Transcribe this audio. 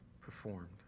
performed